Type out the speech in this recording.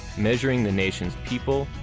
measuring the nation's people,